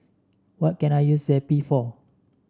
what can I use Zappy for